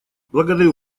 благодарю